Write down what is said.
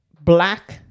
black